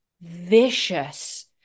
vicious